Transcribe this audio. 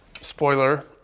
spoiler